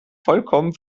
vollkommen